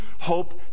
hope